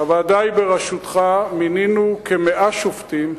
הוועדה היא בראשותך, מינינו כ-100 שופטים,